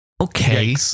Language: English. Okay